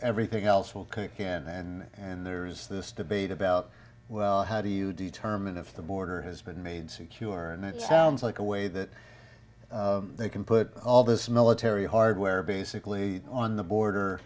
everything else will click and then and there is this debate about well how do you determine if the border has been made secure and it sounds like a way that they can put all this military hardware basically on the border